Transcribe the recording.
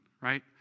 right